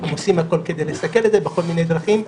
הם עושים הכול כדי לסכל את זה בכל מיני דרכים.